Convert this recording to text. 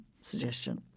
suggestion